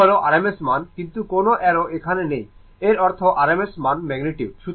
V হল rms মান কিন্তু কোনও অ্যারো এখানে নেই এর অর্থ rms মান ম্যাগনিটিউড